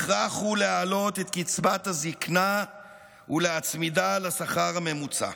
הכרח הוא להעלות את קצבת הזקנה ולהצמידה לשכר הממוצע,